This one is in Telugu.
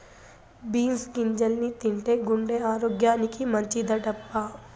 బీన్స్ గింజల్ని తింటే గుండె ఆరోగ్యానికి మంచిదటబ్బా